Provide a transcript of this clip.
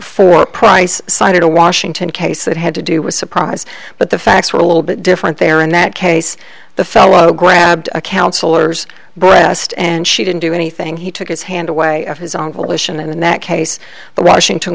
for price cited a washington case that had to do was surprise but the facts were a little bit different there in that case the fellow grabbed a counselor's breast and she didn't do anything he took his hand away of his own volition and in that case the washington